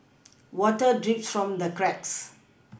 water drips from the cracks